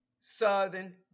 Southern